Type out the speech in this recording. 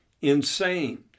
insane